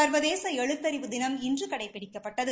சர்வதேச எழுத்தறிவு தினம் இன்று கடைபிடிக்கப்பட்டது